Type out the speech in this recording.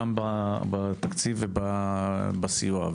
גם בתקציב וגם בסיוע.